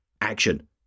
action